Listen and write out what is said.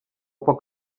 poc